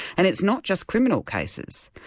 and it's not just criminal cases.